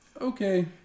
okay